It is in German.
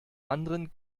anderen